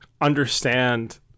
understand